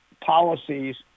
policies